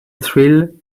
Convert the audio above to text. thrill